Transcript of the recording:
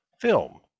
film